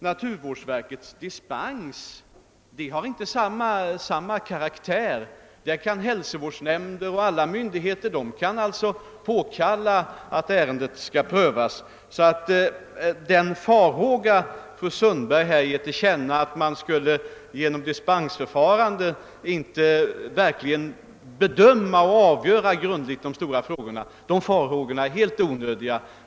Naturvårdsverkets dispens har inte samma karaktär, ty härvidlag kan hälsovårdsnämnder och andra myndigheter påkalla att ärendet prövas. Fru Sundbergs farhåga att man vid dispensförfarande inte skulle grundligt bedöma och avgöra de stora frågorna är därför helt onödig.